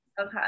Okay